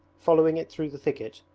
following it through the thicket,